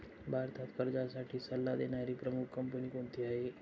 भारतात कर्जासाठी सल्ला देणारी प्रमुख कंपनी कोणती आहे?